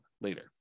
later